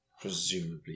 Presumably